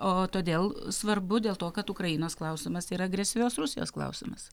o todėl svarbu dėl to kad ukrainos klausimas yra agresyvios rusijos klausimas